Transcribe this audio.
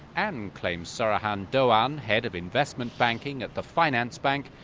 and claims, suruhan dogan head of investment banking at the finanzbank,